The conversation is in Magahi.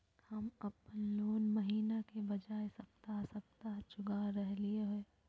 हम अप्पन लोन महीने के बजाय सप्ताहे सप्ताह चुका रहलिओ हें